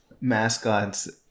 mascots